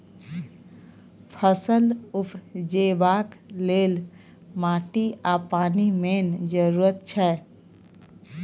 फसल उपजेबाक लेल माटि आ पानि मेन जरुरत छै